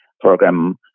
program